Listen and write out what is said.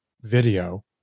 video